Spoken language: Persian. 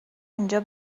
اینجا